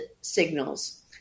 signals